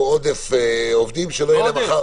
עודף עובדים שלא יהיה להם מחר --- לא עודף.